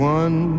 one